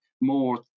more